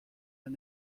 and